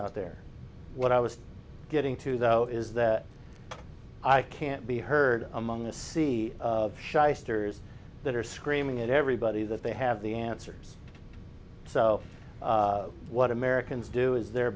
out there what i was getting to though is that i can't be heard among the c shysters that are screaming at everybody that they have the answers so what americans do is their